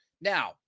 Now